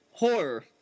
Horror